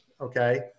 okay